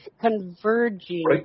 Converging